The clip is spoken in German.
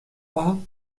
war